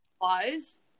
wise